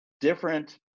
different